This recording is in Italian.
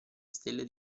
stelle